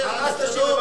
מקיימת משא-ומתן לשלום,